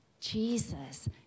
Jesus